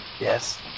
Yes